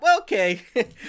okay